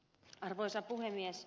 arvoisa puhemies